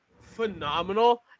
phenomenal